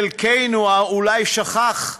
חלקנו אולי שכח,